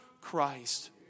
Christ